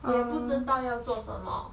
我也不知道要做什么